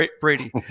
Brady